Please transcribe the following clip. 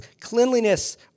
cleanliness